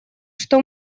что